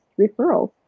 referrals